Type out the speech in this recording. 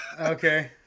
okay